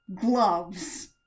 gloves